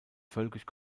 völkisch